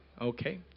Okay